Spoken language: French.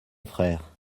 frère